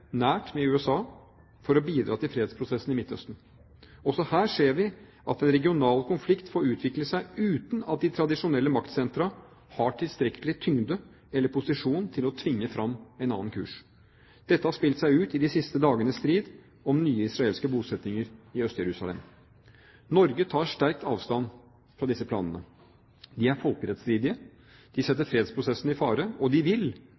nært med USA for å bidra til fredsprosessen i Midtøsten. Også her ser vi at en regional konflikt får utvikle seg uten at de tradisjonelle maktsentra har tilstrekkelig tyngde eller posisjon til å tvinge fram en annen kurs. Dette har spilt seg ut i de siste dagenes strid om de nye israelske bosettinger i Øst-Jerusalem. Norge tar sterkt avstand fra disse planene. De er folkerettsstridige. De setter fredsprosessen i fare. Og de vil,